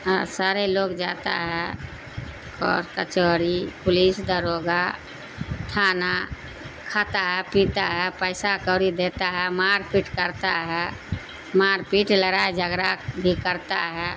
ہاں سارے لوگ جاتا ہے اور کچہری پولیس داروغہ تھانہ کھاتا ہے پیتا ہے پیسہ کوڑی دیتا ہے مار پیٹ کرتا ہے مار پیٹ لڑائی جھگڑا بھی کرتا ہے